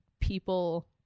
people